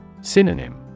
Synonym